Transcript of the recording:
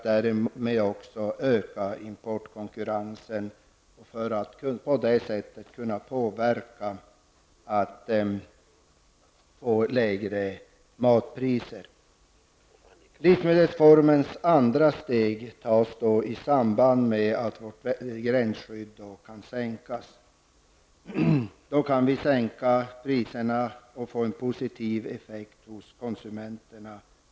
Därmed kan vi öka importkonkurrensen och på det sättet påverka och få lägre matpriser. Livsmedelsreformens andra steg tas i samband med att vårt gränsskydd sänks. Då kan vi sänka priserna och få en positiv effekt hos konsumenterna.